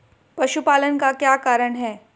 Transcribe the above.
पशुपालन का क्या कारण है?